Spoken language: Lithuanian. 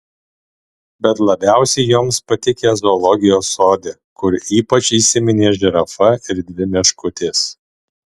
bet labiausiai joms patikę zoologijos sode kur ypač įsiminė žirafa ir dvi meškutės